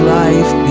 life